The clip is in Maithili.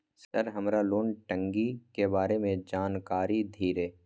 सर हमरा लोन टंगी के बारे में जान कारी धीरे?